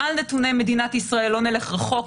על נתוני מדינת ישראל לא נלך רחוק,